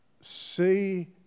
see